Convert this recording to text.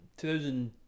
2000